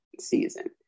season